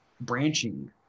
branching